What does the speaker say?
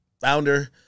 founder